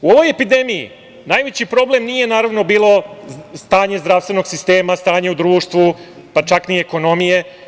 U ovoj epidemiji najveći problem naravno nije bilo stanje zdravstvenog sistema, stanje u društvu, pa čak ni ekonomije.